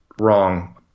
wrong